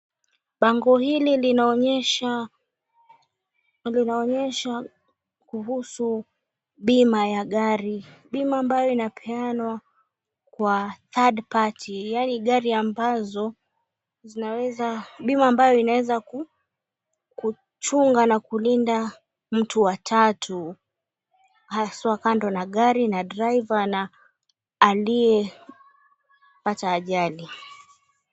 Bango hili linaonyesha kuhusu bima ya gari bima ambayo inapeanwa kwa, "Third Party", yaani gari ambazo zinaweza, bima ambayo inaweza kuchunga na kulinda mtu wa tatu haswa kando na gari, na driver na aliyepata ajali.